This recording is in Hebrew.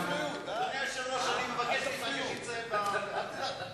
שיש פה פטנט,